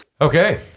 okay